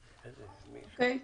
אוקיי,